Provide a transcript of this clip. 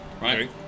right